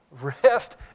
Rest